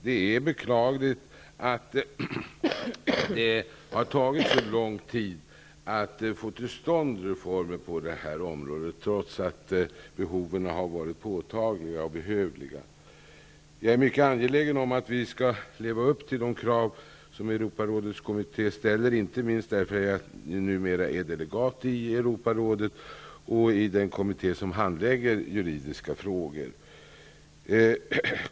Det är beklagligt att det har tagit så lång tid att få till stånd reformer på området, trots att behoven har varit påtagliga och behövliga. Jag är mycket angelägen om att Sverige skall leva upp till de krav som Europarådets kommitté ställer, inte minst för att jag numera är delegat i Europarådet och i den kommitté som handlägger juridiska frågor.